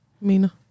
Mina